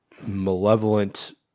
malevolent